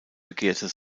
begehrte